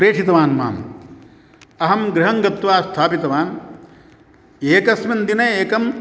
प्रेषितवान् माम् अहं गृहङ्गत्वा स्थापितवान् एकस्मिन् दिने एकं